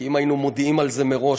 כי אם היינו מודיעים על זה מראש,